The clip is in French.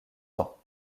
temps